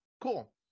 Cool